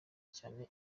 cyane